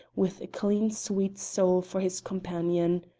with a clean sweet soul for his companion.